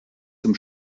zum